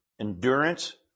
endurance